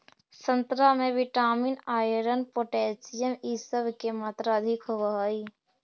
संतरा में vitamin, iron, potassium इ सब के मात्रा अधिक होवऽ हई